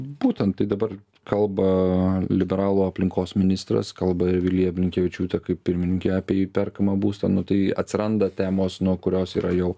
būtent tai dabar kalba liberalų aplinkos ministras kalba ir vilija blinkevičiūtė kaip pirmininkė apie įperkamą būstą nu tai atsiranda temos nuo kurios yra jau